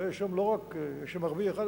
הרי יש שם ערבי אחד,